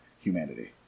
humanity